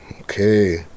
Okay